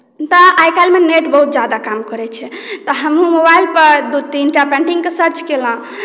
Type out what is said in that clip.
तऽ आइ काल्हिमे नेट बहुत ज्यादा काम करैत छै तऽ हमहूँ मोबाइलपर दू तीनटा पेंटिंगके सर्च केलहुँ